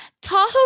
Tahoe